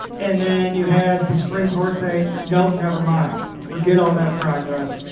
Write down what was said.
and then you had the supreme court say, nope, nevermind. forget all that progress.